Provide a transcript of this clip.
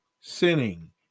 sinning